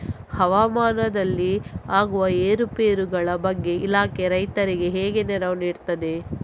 ಹವಾಮಾನದಲ್ಲಿ ಆಗುವ ಏರುಪೇರುಗಳ ಬಗ್ಗೆ ಇಲಾಖೆ ರೈತರಿಗೆ ಹೇಗೆ ನೆರವು ನೀಡ್ತದೆ?